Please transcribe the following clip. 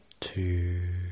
two